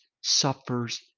suffers